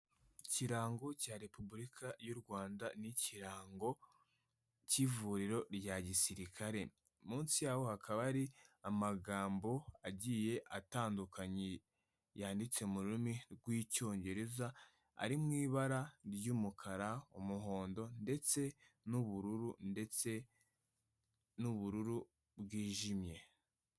Ikirango cya Repubulika y'u Rwanda n'ikirango cy'ivuriro rya gisirikare, munsi yaho hakaba hari amagambo agiye atandukanye, yanditse mu rurimi rw'Icyongereza, ari mu ibara ry'umukara, umuhondo ndetse n'ubururu, ndetse n'ubururu bwijimye.